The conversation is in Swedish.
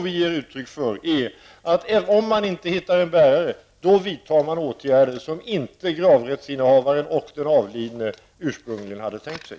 Vi ger uttryck för oro att man, om det inte finns någon bärare, vidtar åtgärder som gravrättsinnehavaren och den avlidne ursprungligen inte hade tänkt sig.